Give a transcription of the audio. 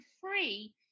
free